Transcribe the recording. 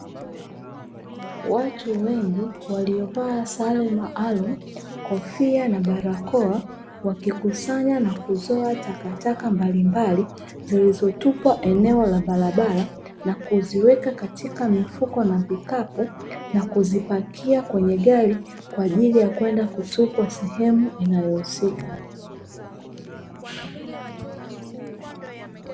Watu wengi waliovaa sare maalumu, kofia, na barakoa, wakikusanya na kuzoa takataka mbalimbali zilizotupwa eneo la barabara, na kuziweka katika mifuko na vikapu na kuzipakia kwenye gari, kwa ajili ya kwenda kutupwa sehemu inayohusika.